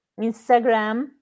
Instagram